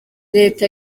leta